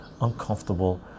uncomfortable